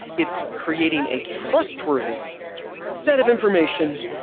it's creating a trustworthy set of information,